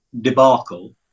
debacle